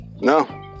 No